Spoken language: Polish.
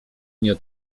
nie